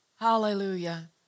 Hallelujah